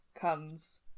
comes